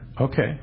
Okay